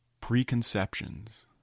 preconceptions